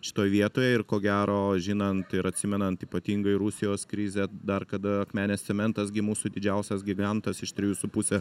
šitoj vietoj ir ko gero žinant ir atsimenant ypatingai rusijos krizę dar kada akmenės cementas gi mūsų didžiausias gigantas iš trijų su puse